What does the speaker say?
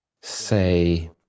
say